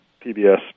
PBS